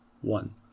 one